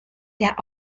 der